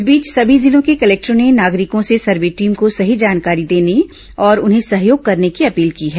इस बीच सभी जिलों के कलेक्टरों ने नागरिकों से सर्वे टीम को सही जानकारी देने और उन्हें सहयोग करने की अपील की है